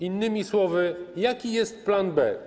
Innymi słowy: Jaki jest plan B?